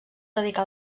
dedicà